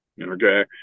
Okay